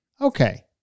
Okay